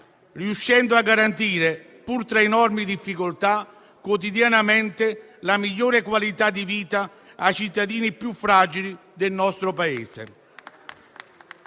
a garantire, pur tra enormi difficoltà, la migliore qualità di vita ai cittadini più fragili del nostro Paese.